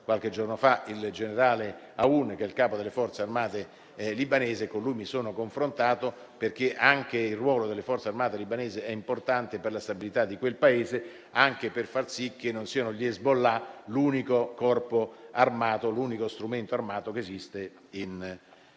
qualche giorno fa il generale Aoun, capo delle forze armate libanesi, e con lui mi sono confrontato perché anche il ruolo delle forze armate libanesi è importante per la stabilità di quel Paese, anche per far sì che non siano gli Hezbollah l'unico corpo armato, l'unico